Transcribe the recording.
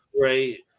Right